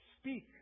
speak